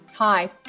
Hi